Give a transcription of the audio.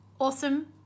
awesome